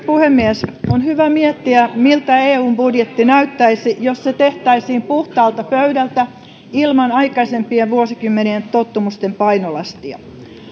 puhemies on hyvä miettiä miltä eun budjetti näyttäisi jos se tehtäisiin puhtaalta pöydältä ilman aikaisempien vuosikymmenien tottumusten painolastia